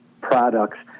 products